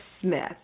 Smith